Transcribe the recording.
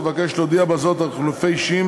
אבקש להודיע בזאת על חילופי אישים